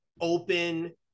open